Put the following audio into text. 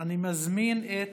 אני מזמין את,